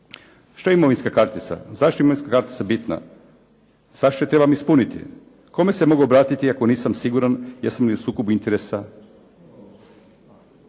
Što je imovinska kartica? Zašto je imovinska kartica bitna? Zašto je trebam ispuniti? Kome se mogu obratiti ako nisam siguran jesam li u sukobu interesa?